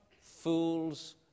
fools